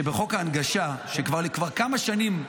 חוק ההנגשה קיים כבר כמה שנים,